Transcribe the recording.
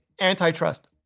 Antitrust